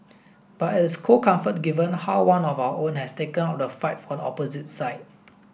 but it is cold comfort given how one of our own has taken up the fight for the opposite side